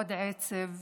עוד עצב,